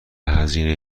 هزینه